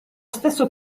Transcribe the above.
stesso